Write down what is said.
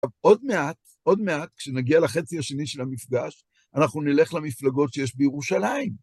עוד מעט, עוד מעט, כשנגיע לחצי השני של המפגש, אנחנו נלך למפלגות שיש בירושלים.